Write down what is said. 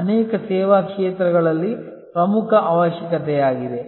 ಅನೇಕ ಸೇವಾ ಕ್ಷೇತ್ರಗಳಲ್ಲಿ ಪ್ರಮುಖ ಅವಶ್ಯಕತೆಯಾಗಿದೆ